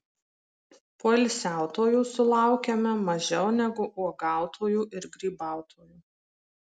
poilsiautojų sulaukiame mažiau negu uogautojų ir grybautojų